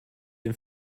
dem